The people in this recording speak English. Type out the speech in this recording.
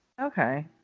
okay